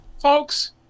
folks